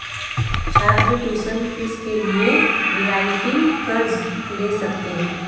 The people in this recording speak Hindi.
छात्र ट्यूशन फीस के लिए रियायती कर्ज़ ले सकते हैं